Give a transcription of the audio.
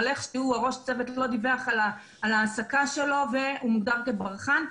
אבל איכשהו ראש הצוות לא דיווח על ההעסקה שלו והוא מוגדר כברחן.